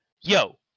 Yo